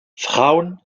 frauen